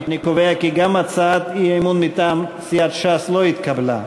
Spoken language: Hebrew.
אני קובע כי גם הצעת האי-אמון מטעם סיעת ש"ס לא התקבלה.